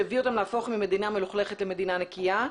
שהביא אותן להפוך ממדינה מלוכלכת למדינה נקייה.